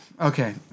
Okay